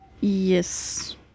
Yes